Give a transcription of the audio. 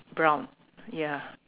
brown ya